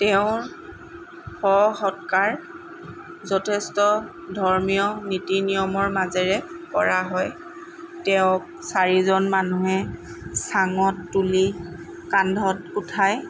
তেওঁৰ শৱ সৎকাৰ যথেষ্ট ধৰ্মীয় নীতি নিয়মৰ মাজেৰে কৰা হয় তেওঁক চাৰিজন মানুহে চাঙত তুলি কান্ধত উঠাই